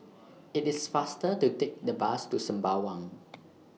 IT IS faster to Take The Bus to Sembawang